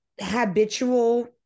habitual